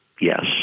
Yes